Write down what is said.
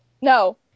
No